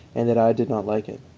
and that i did not like it